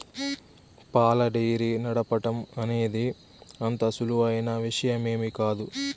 పాల డెయిరీ నడపటం అనేది అంత సులువైన విషయమేమీ కాదు